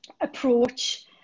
approach